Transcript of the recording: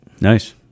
Nice